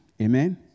Amen